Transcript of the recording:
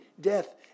death